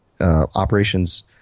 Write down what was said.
operations